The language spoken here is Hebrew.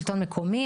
שלטון מקומי,